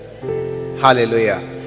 hallelujah